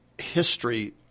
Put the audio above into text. history